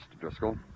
Driscoll